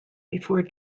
before